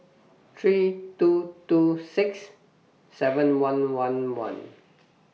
three two two six seven one one one